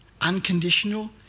unconditional